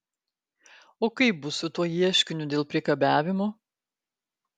o kaip bus su tuo ieškiniu dėl priekabiavimo